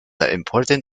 important